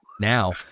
now